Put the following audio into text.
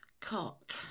cock